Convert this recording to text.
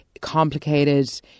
complicated